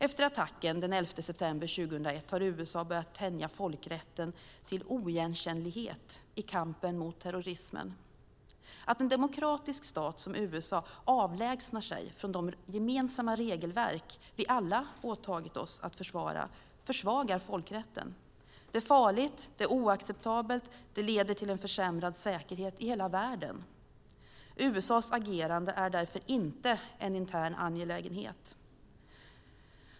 Efter attacken den 11 september 2001 har USA börjat tänja folkrätten till oigenkännlighet i kampen mot terrorismen. Att en demokratisk stat som USA avlägsnar sig från de gemensamma regelverk vi alla åtagit oss att försvara försvagar folkrätten. Det är farligt och oacceptabelt och leder till en försämrad säkerhet i hela världen. USA:s agerande är därför inte en intern angelägenhet.